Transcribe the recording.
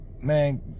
man